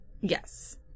Yes